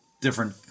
different